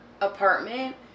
apartment